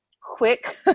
quick